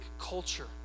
culture